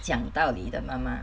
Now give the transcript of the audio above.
讲道理的妈妈